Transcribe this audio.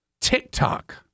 TikTok